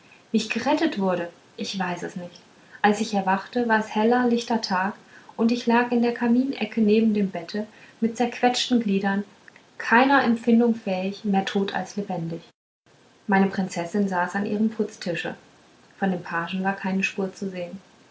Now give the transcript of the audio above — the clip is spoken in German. wie ich gerettet wurde ich weiß es nicht als ich erwachte war es heller lichter tag und ich lag in der kaminecke neben dem bette mit zerquetschten gliedern keiner empfindung fähig mehr tot als lebendig meine prinzessin saß an ihrem putztische von dem pagen war keine spur zu sehen